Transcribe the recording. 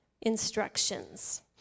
instructions